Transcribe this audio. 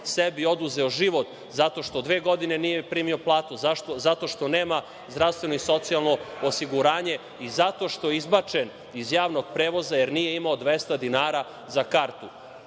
sebi oduzeo život, zato što dve godine nije primio platu. Zašto? Zato što nema zdravstveno i socijalno osiguranje i zato je izbačen iz javnog prevoza, jer nije imao 200 dinara za kartu.U